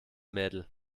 mädel